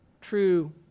true